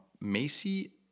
Macy